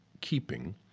keeping